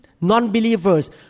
non-believers